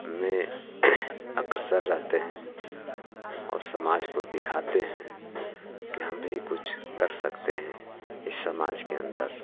में अग्रसर रहते हैं और समाज को दिखाते हैं कि हम भी कुछ कर सकते हैं इस समाज के अन्दर